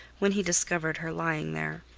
when he discovered her lying there.